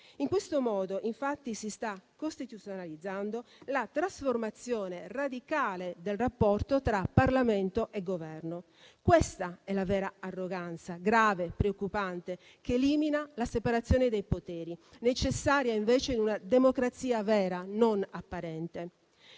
In questo modo, infatti, si sta costituzionalizzando la trasformazione radicale del rapporto tra Parlamento e Governo. Questa è la vera arroganza, grave e preoccupante, che elimina la separazione dei poteri, che è invece necessaria in una democrazia vera, non apparente.